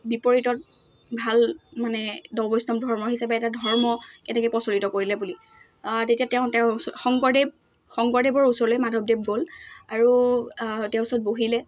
বিপৰীতত ভাল মানে নৱ বৈষ্ণৱ ধৰ্ম হিচাপে এটা ধৰ্ম কেনেকৈ প্ৰচলিত কৰিলে বুলি তেতিয়া তেওঁ তেওঁৰ শংকৰদেৱ শংকৰদেৱৰ ওচৰলৈ মাধৱদেৱ গ'ল আৰু তেওঁৰ ওচৰত বহিলে